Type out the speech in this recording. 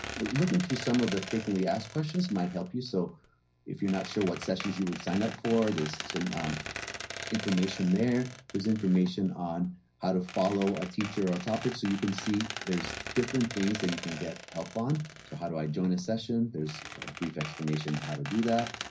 looking through some of the frequently asked questions might help you, so if you're not sure what sessions you would sign up for, there's some um information there. there's information on how to follow a teacher or a topic. so you can see there's different things that you can get help on. so how do i join a session? there's a brief explanation on how to do that.